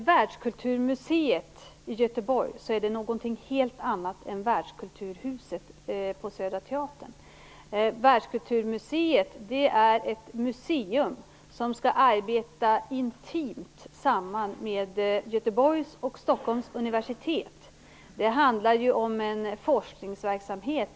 Världskulturmuseet i Göteborg är något helt annat än världskulturhuset på Södra teatern. Världskulturmuseet är ett museum som skall arbeta intimt samman med Göteborgs och Stockholms universitet. Det handlar om en forskningsverksamhet.